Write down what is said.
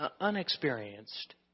unexperienced